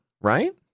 right